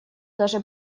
даже